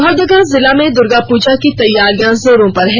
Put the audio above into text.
लोहरदगा जिला में दुर्गा पूजा की तैयारियां जोरों पर है